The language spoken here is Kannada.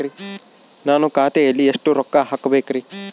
ನಾನು ಖಾತೆಯಲ್ಲಿ ಎಷ್ಟು ರೊಕ್ಕ ಹಾಕಬೇಕ್ರಿ?